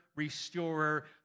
restorer